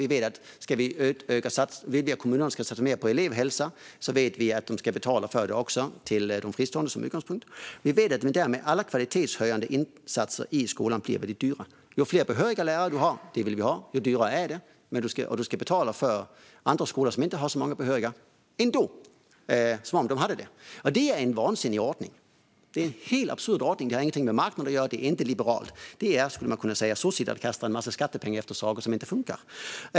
Om kommunerna ska satsa mer på elevhälsa måste de betala för det även till de fristående skolorna. Det är utgångspunkten. Därmed blir alla kvalitetshöjande insatser i skolan väldigt dyra. Ju fler behöriga lärare man har - och det vill man ha - desto dyrare är det. Kommunerna måste betala till fristående skolor som inte har lika många behöriga lärare som om de hade det. Det är en vansinnig ordning. Det är en helt absurd ordning som inte har något med marknaden att göra och som inte är liberal. Man skulle kunna säga att det är "sossigt" att kasta en massa skattepengar efter saker som inte funkar.